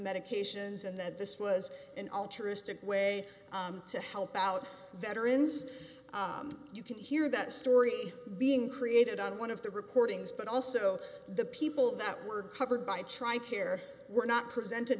medications and that this was an altruistic way to help out veterans you can hear that story being created on one of the recordings but also the people that were covered by trying we're not presented